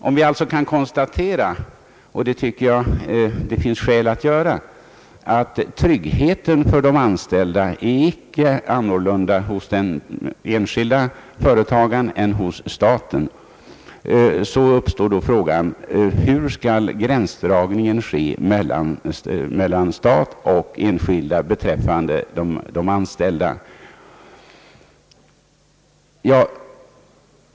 Om vi alltså kan konstatera — och det tycker jag finns skäl att göra — att tryggheten för de anställda icke är annorlunda hos den enskilde företagaren än hos staten, uppstår frågan: Hur skall gränsdragningen ske mellan staten och enskilda beträffande de anställda?